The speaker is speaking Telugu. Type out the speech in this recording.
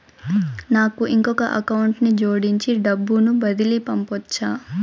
నాకు ఇంకొక అకౌంట్ ని జోడించి డబ్బును బదిలీ పంపొచ్చా?